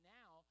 now